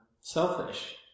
selfish